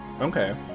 Okay